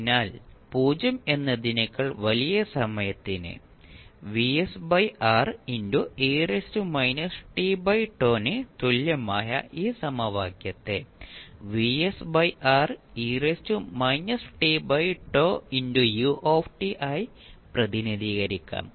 അതിനാൽ 0 എന്നതിനേക്കാൾ വലിയ സമയത്തിന് ന് തുല്യമായ ഈ സമവാക്യത്തെ u ആയി പ്രതിനിധീകരിക്കാം